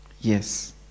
yes